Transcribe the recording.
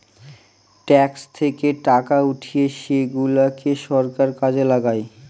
tax থেকে টাকা উঠিয়ে সেগুলাকে সরকার কাজে লাগায়